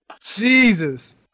Jesus